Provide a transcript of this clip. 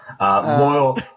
Loyal